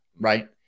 right